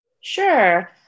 Sure